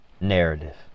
narrative